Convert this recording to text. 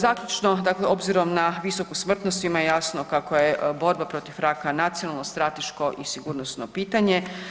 Zaključno, dakle obzirom na visoku smrtnost svima je jasno kako je borba protiv raka nacionalno, strateško i sigurnosno pitanje.